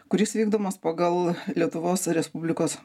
kuris vykdomas pagal lietuvos respublikos